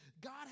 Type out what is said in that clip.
God